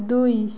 ଦୁଇ